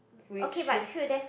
which shows